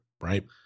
right